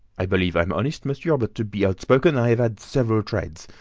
i believe i'm honest, monsieur, but, to be outspoken, i've had several trades.